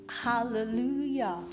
Hallelujah